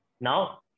Now